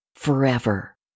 Forever